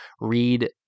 read